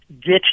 get